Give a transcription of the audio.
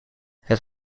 het